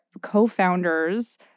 co-founders